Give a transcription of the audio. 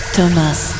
Thomas